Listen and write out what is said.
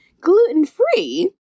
gluten-free